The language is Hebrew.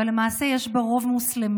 אבל למעשה יש בה רוב מוסלמי.